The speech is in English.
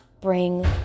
bring